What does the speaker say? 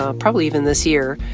ah probably even this year,